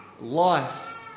life